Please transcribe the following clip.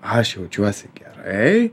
aš jaučiuosi gerai